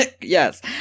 Yes